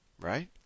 right